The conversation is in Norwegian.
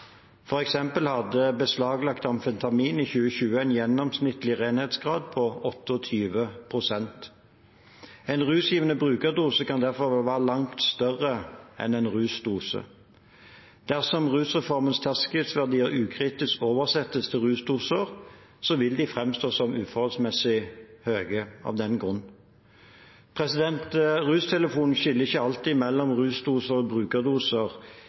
hadde beslaglagt amfetamin i 2020 en gjennomsnittlig renhetsgrad på 28 pst. En rusgivende brukerdose kan derfor være langt større enn en rusdose. Dersom rusreformens terskelverdier ukritisk oversettes til rusdoser, vil de framstå som uforholdsmessig høye av den grunn. RUStelefonen skiller ikke alltid mellom rusdoser og brukerdoser i sin omtale av